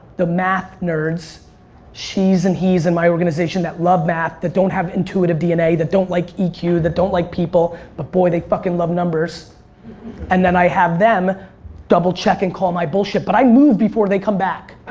the math nerds she's and he's in my organization that love math, that don't have intuitive dna, that don't like eq, that don't like people but boy they fucking love numbers and then i have them double check and call my bullshit but i move before they come back.